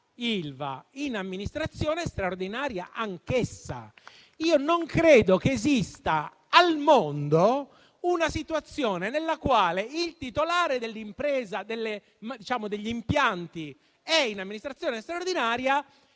in amministrazione straordinaria. Io non credo che esista al mondo una situazione nella quale il titolare degli impianti è in amministrazione straordinaria